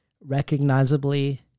recognizably